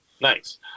nice